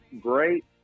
great